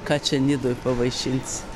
ką čia nidoj pavaišinsi